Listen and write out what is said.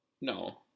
No